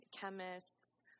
chemists